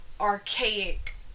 archaic